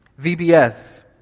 VBS